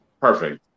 Perfect